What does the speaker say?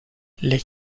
les